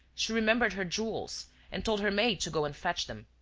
she remembered her jewels and told her maid to go and fetch them.